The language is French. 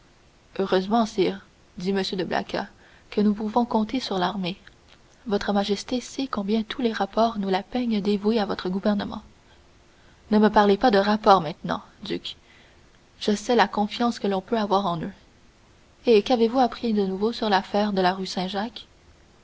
heureusement sire dit m de blacas que nous pouvons compter sur l'armée votre majesté sait combien tous les rapports nous la peignent dévouée à votre gouvernement ne me parlez pas de rapports maintenant duc je sais la confiance que l'on peut avoir en eux eh mais à propos de rapports monsieur le baron qu'avez-vous appris de nouveau sur l'affaire de la rue saint-jacques